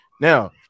Now